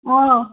آ